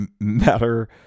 matter